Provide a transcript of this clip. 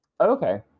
okay